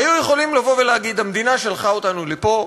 היו יכולים לבוא ולהגיד: המדינה שלחה אותנו לפה,